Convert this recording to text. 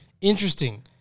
Interesting